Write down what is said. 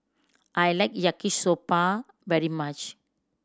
I like Yaki Soba very much